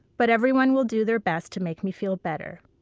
but everyone will do their best to make me feel better.